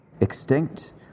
extinct